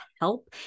help